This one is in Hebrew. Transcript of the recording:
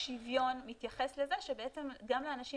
חוק השוויון מתייחס לזה שבעצם גם לאנשים